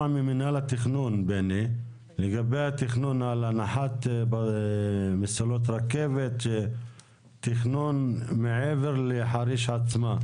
ממנהל התכנון לגבי התכנון על הנחת מסילות רכבת מעבר לחריש עצמה.